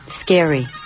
scary